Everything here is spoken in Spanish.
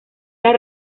los